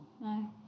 No